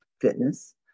fitness